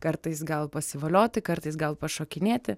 kartais gal pasivolioti kartais gal pašokinėti